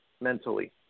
mentally